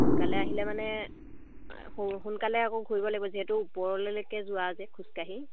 সোনকালে আহিলে মানে সোনকালে আকৌ ঘূৰিব লাগিব যিহেতু ওপৰৰলৈকে যোৱা যে খোজকাঢ়ি